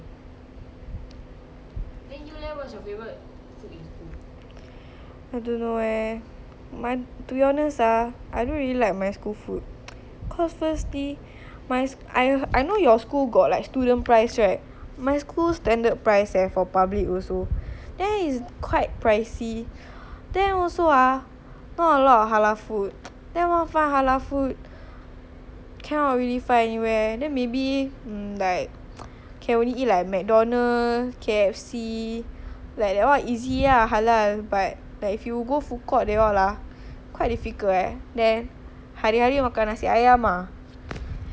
I don't know eh to be honest ah I don't really like my school food cause first day my I I I know your school got like student price right my school standard price leh for public also then it's quite pricey then also ah not a lot of halal food then want find halal food cannot really find anywhere then maybe hmm like can only eat like McDonald's K_F_C like that [one] easy ah halal but if you go food court that all ah quite difficult then hari hari makan nasi ayam ah then don't know eh got try my school food before